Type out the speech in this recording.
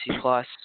plus